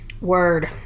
word